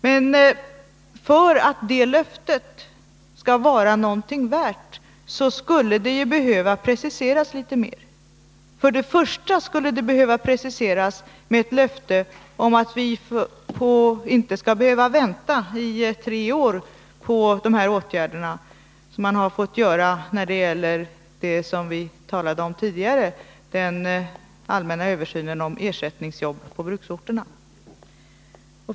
Men för att det löftet skall vara någonting värt skulle det behöva preciseras litet mer. För det första skulle det behöva kompletteras med löfte om att vi inte skall behöva vänta i tre år på de här åtgärderna som man har fått göra när det gäller det som vi talade om tidigare — den allmänna översynen av ersättningsjobb på bruksorterna.